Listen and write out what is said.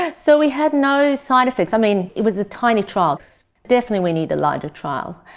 ah so we had no side-effects. i mean, it was a tiny trial. definitely we need a larger trial.